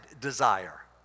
desire